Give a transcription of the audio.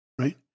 Right